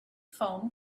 foam